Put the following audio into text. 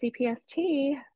CPST